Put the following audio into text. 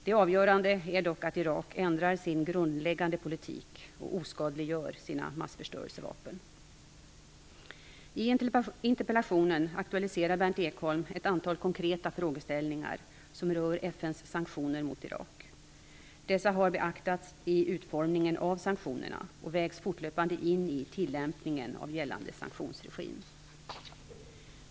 Det avgörande är dock att Irak ändrar sin grundläggande politik och oskadliggör sina massförstörelsevapen. I interpellationen aktualiserar Berndt Ekholm ett antal konkreta frågeställningar som rör FN:s sanktioner mot Irak. Dessa har beaktats i utformningen av sanktionerna och vägs fortlöpande in i tillämpningen av gällande sanktionsregim.